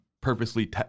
purposely